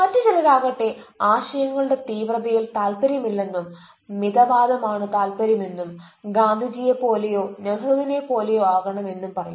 മറ്റുചിലരാകട്ടെ ആശയങ്ങളുടെ തീവ്രതയിൽ താൽപര്യമില്ലെന്നും മിതവാദം ആണ് താൽപര്യം എന്നും ഗാന്ധിജിയെ പോലെയോ നെഹ്റുവിനെ പോലെയോ ആകണം എന്നും പറയും